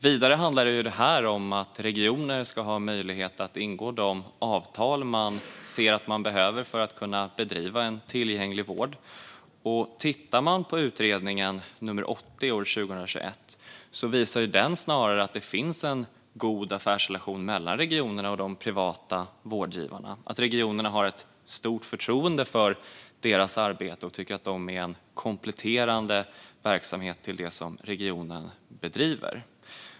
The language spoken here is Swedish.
Vidare handlar detta om att regioner ska ha möjlighet att ingå de avtal de ser sig behöva för att kunna bedriva en tillgänglig vård. Tittar man på utredningen, SOU 2021:80, ser man att det snarare finns en god affärsrelation mellan regionerna och de privata vårdgivarna. Regionerna har ett stort förtroende för deras arbete och tycker att de är en kompletterande verksamhet till det som regionen bedriver.